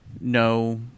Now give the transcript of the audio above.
no